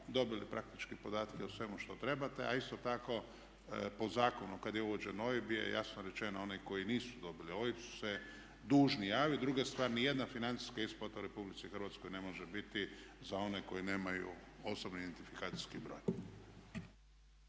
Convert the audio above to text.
dobili praktički podatke o svemu što trebate a isto tako po zakonu kada je uvođen OIB je jasno rečeno oni koji nisu dobili OIB su se dužni javiti. Druga stvar, niti jedna financijska isplata u Republici Hrvatskoj ne može biti za one koji nemaju osobni identifikacijski broj.